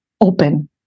Open